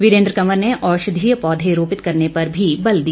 वीरेन्द्र कंवर ने औषधीय पौधे रोपित करने पर भी बल दिया